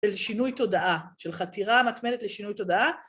‫של שינוי תודעה, ‫של חתירה מתמדת לשינוי תודעה.